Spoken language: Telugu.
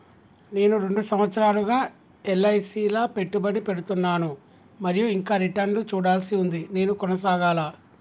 నేను రెండు సంవత్సరాలుగా ల ఎస్.ఐ.పి లా పెట్టుబడి పెడుతున్నాను మరియు ఇంకా రిటర్న్ లు చూడాల్సి ఉంది నేను కొనసాగాలా?